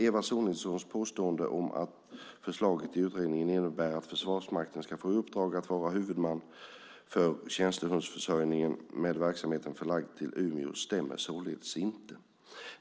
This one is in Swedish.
Eva Sonidssons påstående om att förslaget i utredningen innebär att Försvarsmakten ska få i uppdrag att vara huvudman för tjänstehundsförsörjningen med verksamheten förlagd till Umeå stämmer således inte!